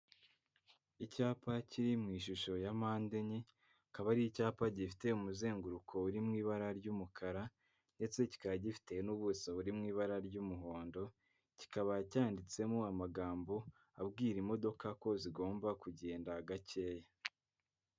Icyapa kiri mu ishusho ya mpande enye akaba ari icyapa gifite umuzenguruko uri mu ibara ry'umukara ndetse kikaba gifite n'ubuso buri mu ibara ry'umuhondo, kikaba cyanditsemo amagambo abwira imodoka ko zigomba kugenda gakeya.